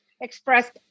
expressed